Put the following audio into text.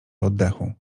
oddechu